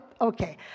okay